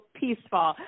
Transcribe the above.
peaceful